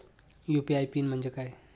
UPI pin म्हणजे काय?